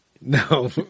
No